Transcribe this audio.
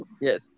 Yes